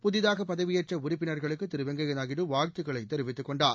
புதிதாக பதவியேற்ற உறுப்பினா்களுக்கு திரு வெங்கையா நாயுடு வாழ்த்துக்களைத் தெரிவித்துக் கொண்டார்